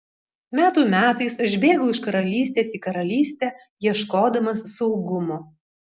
metų metais aš bėgau iš karalystės į karalystę ieškodamas saugumo